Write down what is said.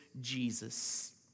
Jesus